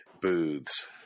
booths